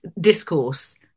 discourse